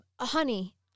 honey